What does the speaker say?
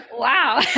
wow